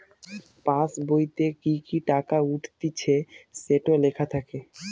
পাসবোইতে কি কি টাকা উঠতিছে সেটো লেখা থাকে